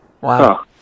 Wow